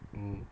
mm